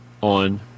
on